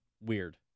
weird